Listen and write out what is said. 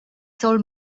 soll